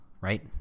right